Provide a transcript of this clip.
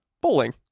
bowling